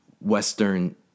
Western